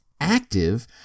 active